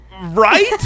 Right